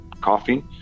coffee